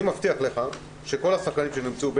אני מבטיח לך שכל השחקנים שנמצאו חיוביים,